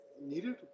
needed